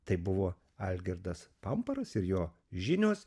tai buvo algirdas pamparas ir jo žinios